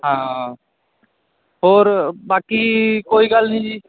ਹਾਂ ਹੋਰ ਬਾਕੀ ਕੋਈ ਗੱਲ ਨਹੀਂ ਜੀ